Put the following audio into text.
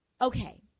Okay